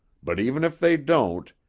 but even if they don't,